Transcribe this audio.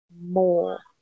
more